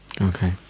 Okay